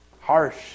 harsh